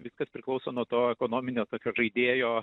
viskas priklauso nuo to ekonominio tokio žaidėjo